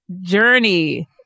journey